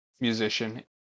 musician